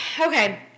okay